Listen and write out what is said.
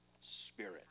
spirit